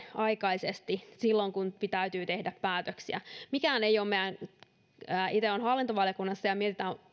aikaisesti silloin kun täytyy tehdä päätöksiä itse olen hallintovaliokunnassa ja siellä on